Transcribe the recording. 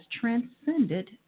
transcended